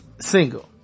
single